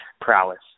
prowess